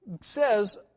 says